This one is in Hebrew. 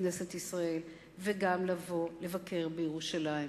לכנסת ישראל וגם לבוא לבקר בירושלים.